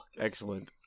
Excellent